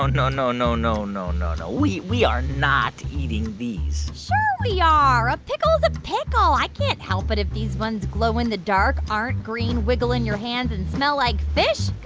no, no, no, no, no, no, no, no. we we are not eating these sure we are. a pickle's a pickle. i can't help it if these ones glow in the dark, aren't green, wiggle in your hands and smell like.